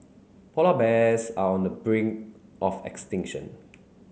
polar bears are on the brink of extinction